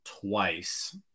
twice